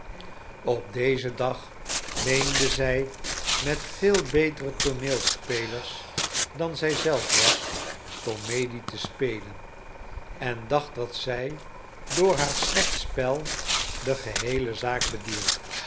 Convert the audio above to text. op dezen dag meende zij met veel betere tooneelspelers dan zij zelf was komedie te spelen en dacht dat zij door haar slecht spel de geheele zaak bedierf